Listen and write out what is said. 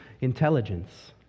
intelligence